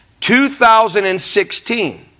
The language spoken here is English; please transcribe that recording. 2016